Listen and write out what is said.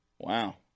Wow